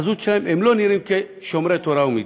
בחזות שלהם הם לא נראים שומרי תורה ומצוות.